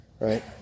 Right